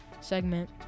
segment